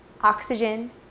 oxygen